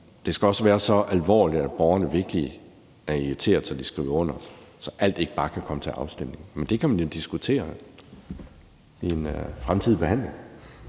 det skal også være så alvorligt, at borgerne virkelig er så irriterede, at de skriver under, og så alt ikke bare kan komme til afstemning, men det kan man jo diskutere ved en fremtidig behandling.